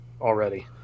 already